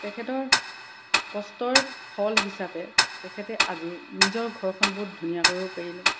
তেখেতৰ কষ্টৰ ফল হিচাপে তেখেতে আজি নিজৰ ঘৰখন বহুত ধুনীয়া কৰিব পাৰিলে